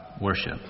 worship